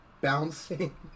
bouncing